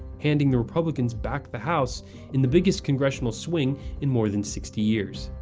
handing the republicans back the house in the biggest congressional swing in more than sixty years.